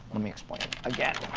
let me explain. again.